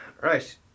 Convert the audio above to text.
Right